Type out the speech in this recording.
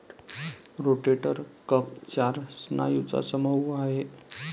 rotator cuff चार स्नायूंचा समूह आहे